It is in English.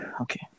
Okay